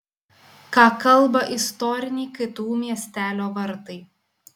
ką kalba istoriniai ktu miestelio vartai